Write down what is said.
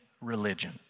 religion